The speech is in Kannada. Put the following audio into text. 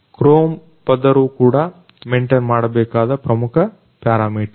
ಕ್ರೋಮ್ ಪದರು ಕೂಡ ಮೆಂಟೆನ್ ಮಾಡಬೇಕಾದ ಪ್ರಮುಖ ಪ್ಯಾರಾಮೀಟರ್